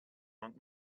monk